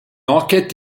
enquête